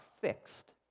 fixed